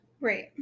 right